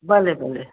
भले भले